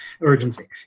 urgency